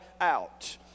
out